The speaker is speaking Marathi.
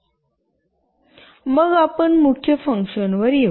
मग आपण मुख्य फंक्शन वर येऊ